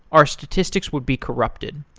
our statistics would be corrupted.